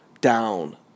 down